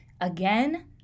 Again